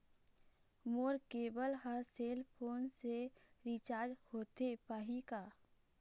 मोर cable हर cell phone से recharge होथे पाही का?